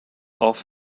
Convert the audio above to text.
off